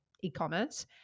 e-commerce